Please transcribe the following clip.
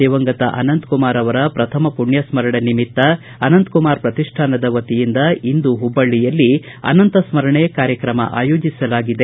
ದಿವಗಂತ ಅನಂತಕುಮಾರ ಅವರ ಪ್ರಥಮ ಪುಣ್ಯ ಸ್ನರಣೆ ನಿಮಿತ್ತ ಅನಂತಕುಮಾರ ಪ್ರತಿಷ್ಠಾನದ ವತಿಯಿಂದ ಇಂದು ಹುಬ್ಬಳ್ಳಿಯಲ್ಲಿ ಅನಂತ ಸ್ಪರಣೆ ಕಾರ್ಯಕ್ರಮ ಆಯೋಜಿಸಲಾಗಿದೆ